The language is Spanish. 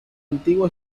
antigua